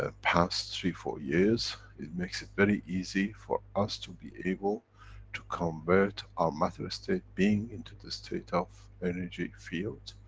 and past three, four years. it makes it very easy for us to be able to convert our matter-state being into the state of energy fields,